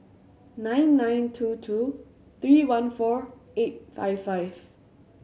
nine nine two two three one four eight five five